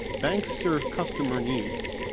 banks serve customer needs.